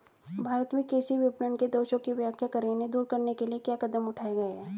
भारत में कृषि विपणन के दोषों की व्याख्या करें इन्हें दूर करने के लिए क्या कदम उठाए गए हैं?